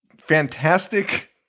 fantastic